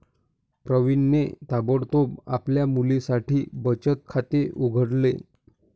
प्रवीणने ताबडतोब आपल्या मुलीसाठी बचत खाते उघडले